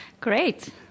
great